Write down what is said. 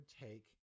take